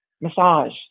massage